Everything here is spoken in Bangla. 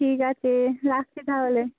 ঠিক আছে রাখছি তাহলে